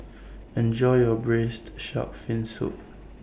Enjoy your Braised Shark Fin Soup